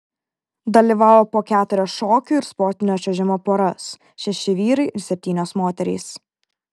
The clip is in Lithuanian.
dalyvavo po keturias šokių ir sportinio čiuožimo poras šeši vyrai ir septynios moterys